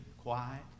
quiet